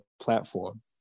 platform